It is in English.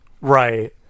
right